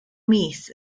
mis